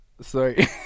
Sorry